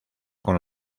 con